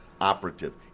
Operative